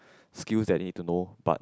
skills they need to know but